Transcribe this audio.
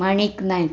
Manik Naik